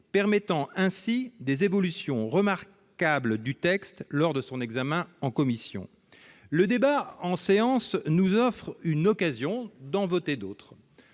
permettant ainsi des évolutions remarquables du texte lors de son examen en commission. Le débat en séance nous offre une occasion d'en voter d'autres.